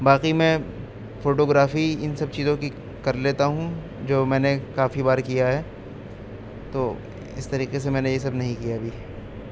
باقی میں فوٹوگرافی ان سب چیزوں کی کر لیتا ہوں جو میں نے کافی بار کیا ہے تو اس طریقے سے میں نے یہ سب نہیں کیا ہے ابھی